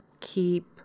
keep